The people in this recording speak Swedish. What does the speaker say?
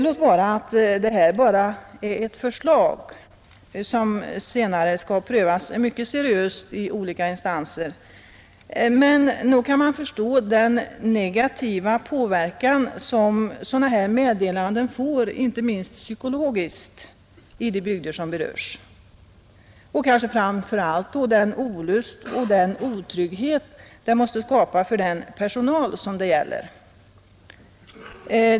Låt vara att detta bara är ett förslag som senare skall prövas mycket seriöst i alla olika instanser, men nog kan man förstå den negativa påverkan som sådana meddelanden får — inte minst psykologiskt — i de bygder som berörs, liksom framför allt den olust och otrygghet som det måste skapa för den personal det gäller.